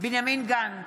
בנימין גנץ,